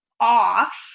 off